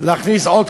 להכניס עוד